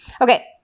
Okay